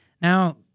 Now